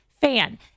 fan